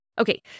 Okay